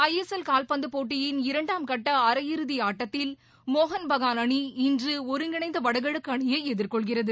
ஐ S L கால்பந்து போட்டியின் இரண்டாம் கட்ட அரையிறுதி ஆட்டத்தில் மோகன் பகான் அணி இன்று ஒருங்கிணைந்த வடகிழக்கு அணியை எதிர்கொள்கிறது